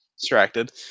distracted